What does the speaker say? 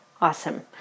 Awesome